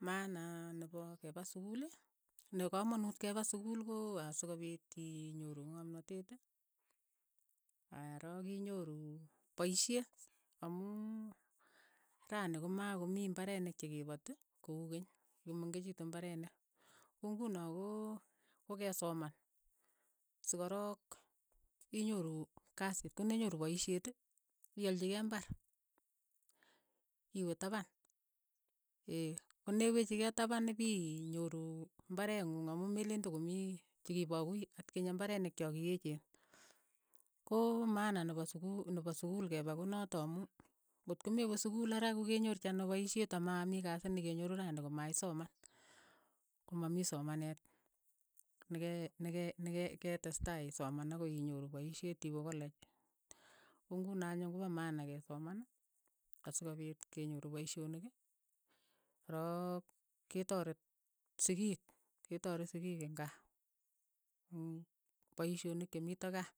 Maana nepo kepa sukul. ne kamanuut kepa sukul ko asikopiit kinyoru ng'amnatet arok inyoru paishet amu rani ko ma komii imbarenik che kee pati ko uu keny, ki ko mengechitu imbarenik, ko nguno ko- kokesoman so ko rook inyoru kasi, ko ne nyoru paishet iaalchikei imbar, iwe tapan, ee, ko ne wechikei tapan ipii nyoru mbareng'ung amu meleen to ko mii chii ki pa akui atkinye imbarenik cha kii echeen, ko maana ne po sukuu sukuul ke pa konotok amu ngot ko me we sukul ara ko kenyorchi ano paishet amaamii kasi ne ke nyoru rani ko ma isoman, ko ma mii somanet ne- ke- ne- ke- ne ketestai isoman akoi inyoru paishet iwe koleech, ko ng'uno anyun ko pa maana ke soman asikopiit kenyoru paishonik ko rook ketooret sikiik, ke tooret sikiik eng' kaa mm paishonik chemito kaa,